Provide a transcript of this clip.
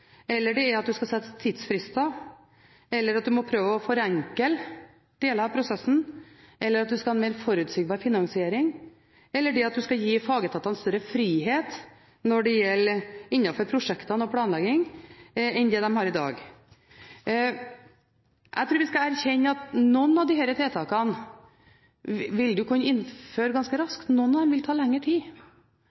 eller KS1, at man skal sette tidsfrister, at man må prøve å forenkle deler av prosessen, at man skal ha en mer forutsigbar finansiering, eller at man skal gi fagetatene større frihet når det gjelder prosjekter og planlegging enn det de har i dag. Jeg tror vi skal erkjenne at noen av disse tiltakene vil man kunne innføre ganske raskt, mens andre vil ta lengre tid. Det er et litt sammensatt bilde, for noen av